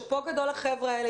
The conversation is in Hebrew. שאפו גדול לחבר'ה האלה.